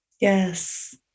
Yes